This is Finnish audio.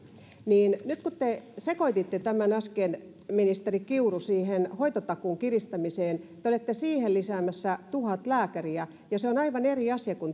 nyt te ministeri kiuru sekoititte tämän äsken siihen hoitotakuun kiristämiseen te olette siihen lisäämässä tuhat lääkäriä ja se on aivan eri asia kuin